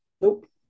Nope